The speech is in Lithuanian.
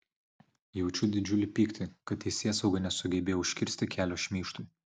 jaučiu didžiulį pyktį kad teisėsauga nesugebėjo užkirsti kelio šmeižtui